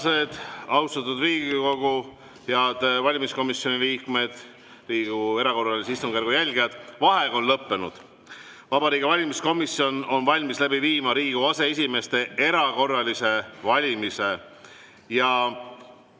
Vabariigi Valimiskomisjon on valmis läbi viima Riigikogu aseesimeeste erakorralise valimise.